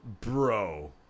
Bro